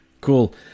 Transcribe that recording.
Cool